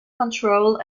control